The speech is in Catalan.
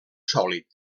sòlid